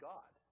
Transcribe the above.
God